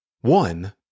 One